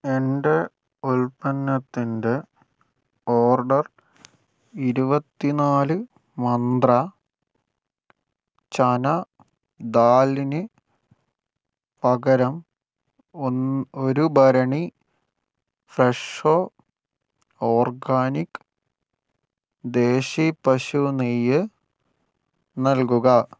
എന്റെ ഉൽപ്പന്നത്തിന്റെ ഓർഡർ ഇരുപത്തി നാല് മന്ത്ര ചന ദാലിന് പകരം ഒരു ഭരണി ഫ്രെഷോ ഓർഗാനിക് ദേശി പശു നെയ്യ് നൽകുക